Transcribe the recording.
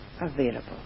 available